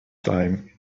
time